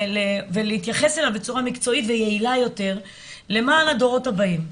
ולהתייחס אליו בצורה מקצועית ויעילה יותר למען הדורות הבאים.